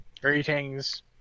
Greetings